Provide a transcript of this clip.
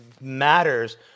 matters